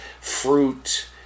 fruit